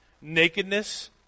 Nakedness